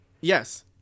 Yes